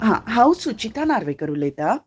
हां हांव सुचिता नार्वेकर उलयतां